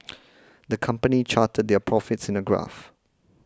the company charted their profits in a graph